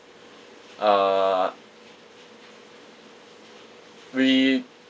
uh we